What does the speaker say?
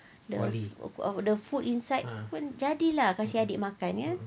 the food inside jadi lah kasi adik makan kan